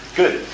good